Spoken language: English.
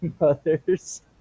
mothers